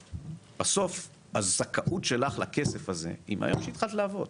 בסוף הזכאות שלך לכסף הזה היא מהרגע שהתחלת לעבוד,